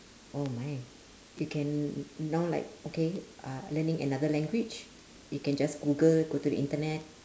oh my you can now like okay uh learning another language you can just google go to the internet